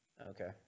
okay